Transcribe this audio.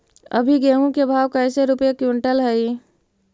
अभी गेहूं के भाव कैसे रूपये क्विंटल हई?